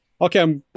okay